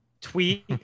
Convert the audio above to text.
tweet